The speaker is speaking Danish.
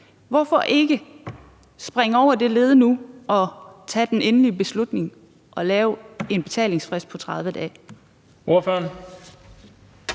virker, og så springe det led over nu og tage den endelige beslutning om at lave en betalingsfrist på 30 dage? Kl.